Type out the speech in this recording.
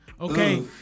Okay